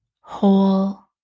Whole